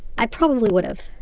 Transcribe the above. i probably would have.